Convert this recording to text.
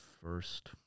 first